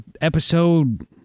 episode